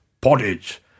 pottage